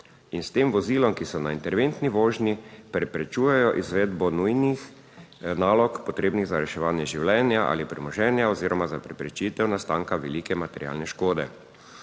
in s tem vozilom, ki so na interventni vožnji, preprečujejo izvedbo nujnih nalog, potrebnih za reševanje življenja ali premoženja oziroma za preprečitev nastanka velike materialne škode.